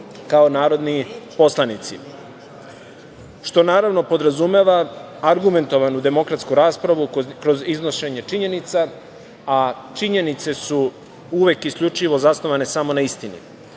kao narodni poslanici, što naravno podrazumeva argumentovanu demokratsku raspravu kroz iznošenje činjenica, a činjenice su uvek i isključivo zasnovane samo na istini. Istina